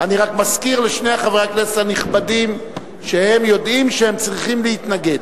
אני רק מזכיר לשני חברי הכנסת הנכבדים שהם יודעים שהם צריכים להתנגד.